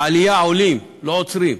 בעלייה עולים, לא עוצרים.